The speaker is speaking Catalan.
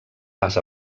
pas